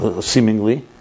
seemingly